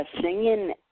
Singing